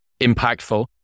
impactful